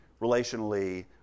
relationally